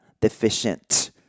deficient